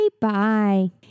Bye